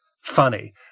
funny